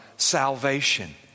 salvation